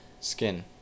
Skin